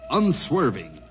unswerving